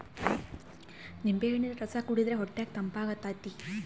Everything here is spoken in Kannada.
ನಿಂಬೆಹಣ್ಣಿನ ರಸ ಕುಡಿರ್ದೆ ಹೊಟ್ಯಗ ತಂಪಾತತೆ